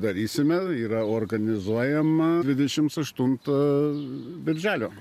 darysime yra organizuojama dvidešimt aštuntą birželio